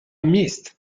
missed